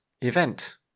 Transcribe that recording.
event